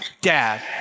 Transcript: Dad